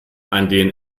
einen